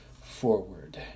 forward